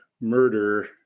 murder